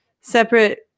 Separate